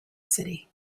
city